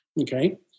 Okay